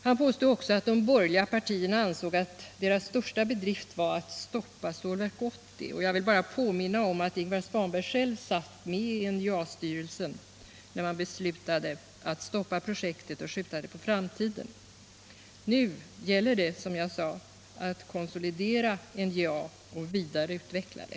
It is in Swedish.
Han påstod också att de borgerliga partierna ansåg att deras största bedrift var att stoppa Stålverk 80. Jag vill bara påminna om att Ingvar Svanberg själv satt med i NJA:s styrelse, när man beslutade att stoppa projektet och skjuta det på framtiden. Nu gäller det, som jag sade, att konsolidera NJA och vidareutveckla det.